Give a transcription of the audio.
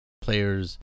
players